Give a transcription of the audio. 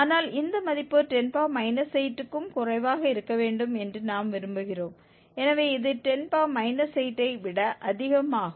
ஆனால் இந்த மதிப்பு 10 8 க்கும் குறைவாக இருக்க வேண்டும் என்று நாம் விரும்புகிறோம் எனவே இது 10 8 ஐ விட அதிகமாகும்